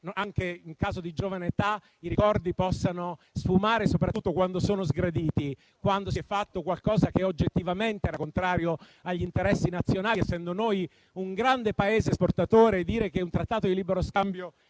anche in caso di giovane età, i ricordi possano sfumare, soprattutto quando sono sgraditi o quando si è fatto qualcosa che oggettivamente era contrario agli interessi nazionali, essendo noi un grande Paese esportatore, dire che un trattato di libero scambio